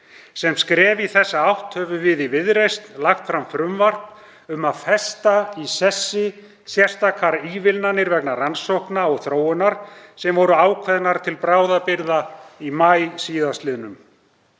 Sem skref í þessa átt höfum við í Viðreisn lagt fram frumvarp um að festa í sessi sérstakar ívilnanir vegna rannsókna og þróunar sem voru ákveðnar til bráðabirgða í maí sl.